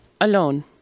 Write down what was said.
Alone